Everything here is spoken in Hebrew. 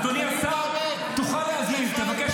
אצלך הייתה עלייה, תגיד את